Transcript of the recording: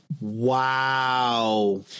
Wow